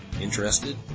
Interested